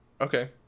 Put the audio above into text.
Okay